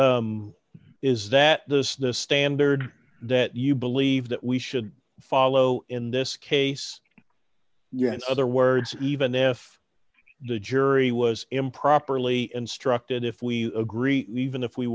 is that this the standard that you believe that we should follow in this case yet other words even if the jury was improperly instructed if we agree even if we